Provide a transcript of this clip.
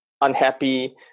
unhappy